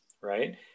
right